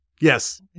Yes